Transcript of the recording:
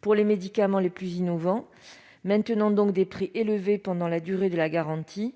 pour les médicaments les plus innovants, maintenant donc des prix élevés pendant la durée de la garantie ;